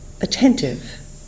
attentive